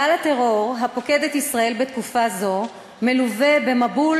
גל הטרור הפוקד את ישראל בתקופה זו מלווה במבול